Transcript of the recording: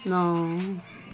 नौ